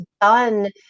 done